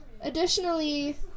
Additionally